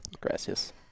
Gracias